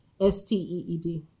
s-t-e-e-d